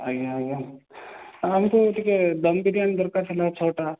ଆଜ୍ଞା ଆଜ୍ଞା ଆମକୁ ଟିକିଏ ଦମ୍ ବିରିୟାନୀ ଦରକାର ଥିଲା ଛଅଟା